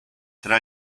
tra